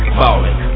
falling